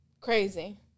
Crazy